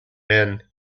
men